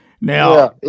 Now